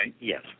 Yes